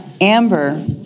Amber